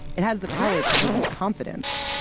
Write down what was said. it has the power to give you confidence.